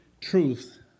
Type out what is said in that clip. truth